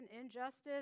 injustice